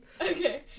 Okay